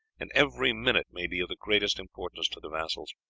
and every minute may be of the greatest importance to the vassals.